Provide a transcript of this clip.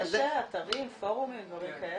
בעולם המסיבות יש אתרים, פורומים, דברים כאלה?